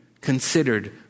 considered